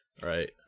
Right